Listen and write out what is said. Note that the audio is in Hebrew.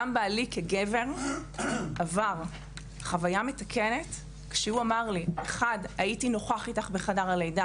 גם בעלי עבר חוויה מתקנת כשהוא נכח אתי בחדר הלידה